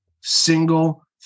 single